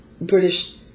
British